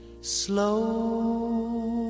slow